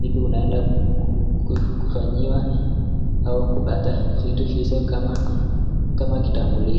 kitu unaeda kufanyiwa au kupata vitu hizo kama vitambulisho.